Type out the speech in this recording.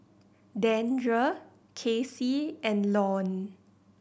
Dandre Casey and Lorne